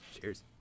Cheers